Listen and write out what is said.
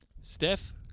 Steph